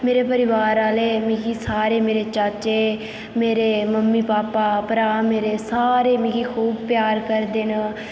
मेरे परिवार आह्ले मिगी सारे मेरे चाचे मेरे मम्मी पापा भ्राऽ मेरे सारे मिगी खूब प्यार करदे न